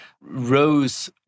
rose